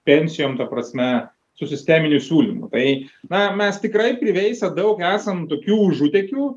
pensijom ta prasme su sisteminiu siūlymu tai na mes tikrai priveisę daug esam tokių užutėkių